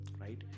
right